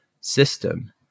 system